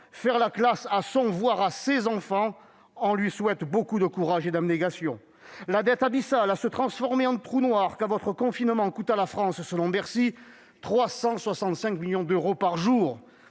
faire la classe à son enfant, voire à ses enfants. On lui souhaite beaucoup de courage et d'abnégation ! La dette est si abyssale qu'elle va se transformer en trou noir, car votre confinement coûte à la France, selon Bercy, 365 millions d'euros par jour